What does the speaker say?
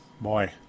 Boy